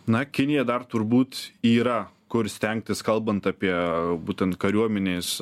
na kinija dar turbūt yra kur stengtis kalbant apie būtent kariuomenės